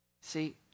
See